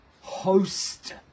host